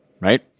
right